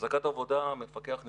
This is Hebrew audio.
הפסקת עבודה, מפקח נכנס,